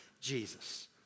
Jesus